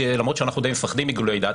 למרות שאנחנו די מפחדים מגילויי דעת,